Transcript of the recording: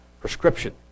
prescription